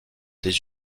des